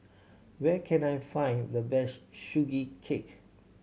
where can I find the best Sugee Cake